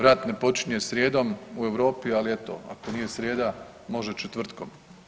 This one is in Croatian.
Rat ne počinje srijedom u Europi, ali eto ako nije srijeda može četvrtkom.